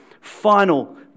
final